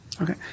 Okay